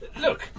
look